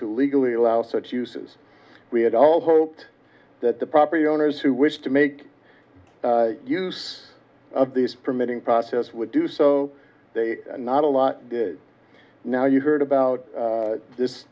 to legally allow such uses we had all hoped that the property owners who wish to make use of these permitting process would do so not a lot now you heard about this